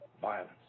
violence